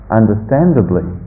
understandably